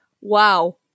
wow